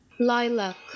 Lilac